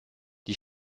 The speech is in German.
die